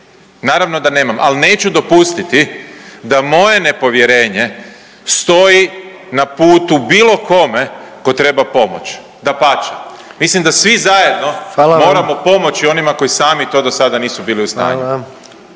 naravno da nemam, al neću dopustiti da moje nepovjerenje stoji na putu bilo kome ko treba pomoć, dapače mislim da svi zajedno … …/Upadica predsjednik: Hvala vam/… …moramo pomoći onima koji sami to dosada nisu bili u stanju.